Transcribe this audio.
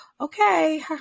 okay